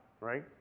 right